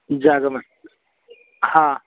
जागमन् ह